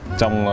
trong